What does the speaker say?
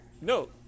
No